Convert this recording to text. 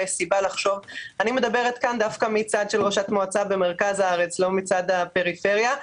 אני מדברת כאן מהצד של ראשת מועצה במרכז הארץ ולא מצד הפריפריה.